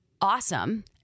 awesome